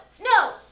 no